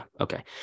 okay